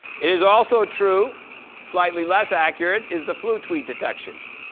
it is also true slightly less accurate is the flu tweet detection.